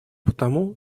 потому